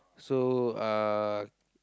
so uh